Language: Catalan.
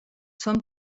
són